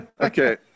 Okay